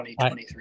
2023